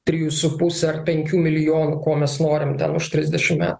trijų su puse ar penkių milijonų ko mes norim ten už trisdešimt metų